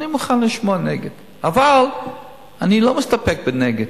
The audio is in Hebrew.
אני מוכן לשמוע נגד, אבל אני לא מסתפק בנגד,